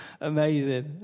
Amazing